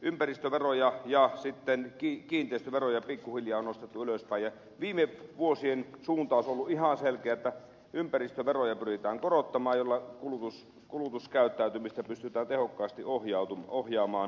ympäristöveroja ja sitten kiinteistöveroja pikkuhiljaa on nostettu ylöspäin ja viime vuosien suuntaus on ollut ihan selkeä että ympäristöveroja pyritään korottamaan jolla kulutuskäyttäytymistä pystytään tehokkaasti ohjaamaan parempaan suuntaan